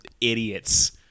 idiots